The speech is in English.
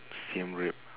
siem reap